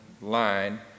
line